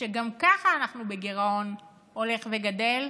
כשגם ככה אנחנו בגירעון הולך וגדל?